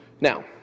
now